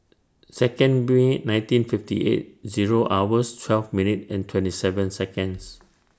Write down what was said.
Second May nineteen fifty eight Zero hours twelve minutes and twenty seven Seconds